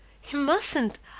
he mustn't.